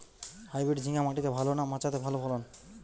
Hybrid ঝিঙ্গা মাটিতে ভালো না মাচাতে ভালো ফলন?